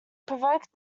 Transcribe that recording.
provoked